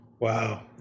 Wow